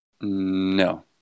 No